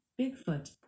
Bigfoot